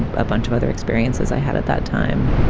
a bunch of other experiences i had at that time.